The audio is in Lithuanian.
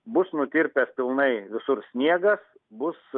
bus nutirpęs pilnai visur sniegas bus